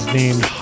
named